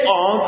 on